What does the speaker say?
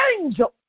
Angel